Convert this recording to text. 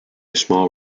small